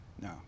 no